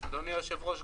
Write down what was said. אדוני היושב-ראש,